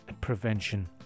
prevention